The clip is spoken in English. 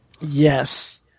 Yes